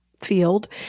field